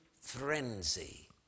frenzy